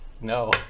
No